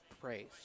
praise